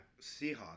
Seahawks